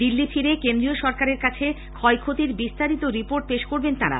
দিল্লি ফিরে কেন্দ্রীয় সরকারের কাছে ক্ষয়ক্ষতির বিস্তারিত রিপোর্ট পেশ করবেন তাঁরা